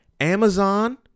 amazon